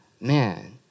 man